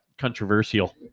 controversial